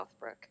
Southbrook